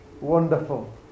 wonderful